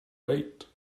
wait